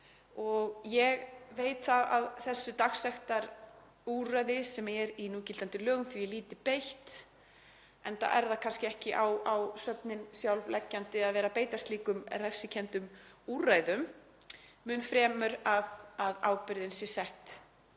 Ég veit að þessu dagsektarúrræði sem er í núgildandi lögum er lítið beitt, enda er það kannski ekki á söfnin sjálf leggjandi að vera að beita slíkum refsikenndum úrræðum og mun fremur að ábyrgðin sé sett